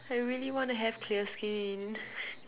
I really wanna have clear skin